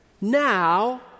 now